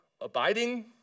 Abiding